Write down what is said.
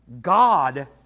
God